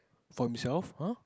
for himself !huh!